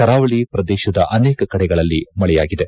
ಕರಾವಳಿ ಪ್ರದೇಶದ ಅನೇಕ ಕಡೆಗಳಲ್ಲಿ ಮಳೆಯಾಗಿದೆ